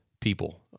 people